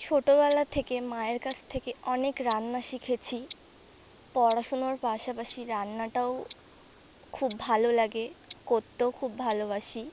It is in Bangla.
ছোটোবেলা থেকে মায়ের কাছ থেকে অনেক রান্না শিখেছি পড়াশুনোর পাশাপাশি রান্নাটাও খুব ভালো লাগে করতেও খুব ভালোবাসি